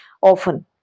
often